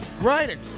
Right